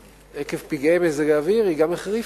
עקב פגעי מזג האוויר היא גם החריפה,